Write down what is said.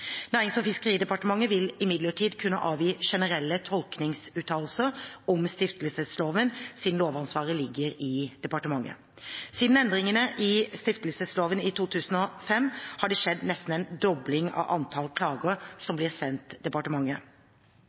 Nærings- og fiskeridepartementet vil imidlertid kunne avgi generelle tolkningsuttalelser om stiftelsesloven, siden lovansvaret ligger i departementet. Siden endringene i stiftelsesloven i 2005 har det skjedd nesten en dobling av antallet klager som blir sendt til departementet.